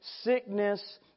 sickness